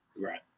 Right